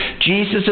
Jesus